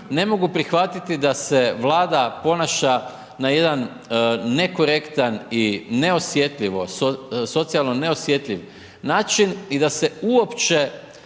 Ne mogu prihvatiti da se Vlada ponaša na jedan nekorektan i neosjetljivo, socijalno neosjetljiv način i da se uopće